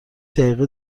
دقیقه